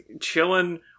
chilling